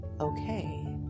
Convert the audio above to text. okay